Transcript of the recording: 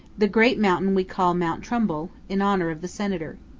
the great mountain we call mount trumbull, in honor of the senator.